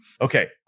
Okay